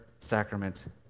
sacrament